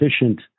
efficient